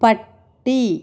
പട്ടി